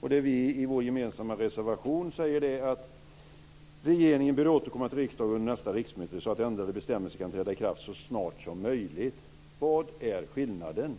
Vi har i vår gemensamma reservation skrivit att regeringen bör återkomma till riksdagen under nästa riksmöte så att ändrade bestämmelser kan träda i kraft så snart som möjligt. Vad är skillnaden